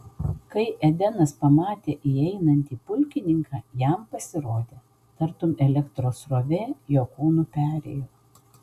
kai edenas pamatė įeinantį pulkininką jam pasirodė tartum elektros srovė jo kūnu perėjo